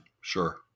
Sure